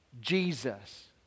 Jesus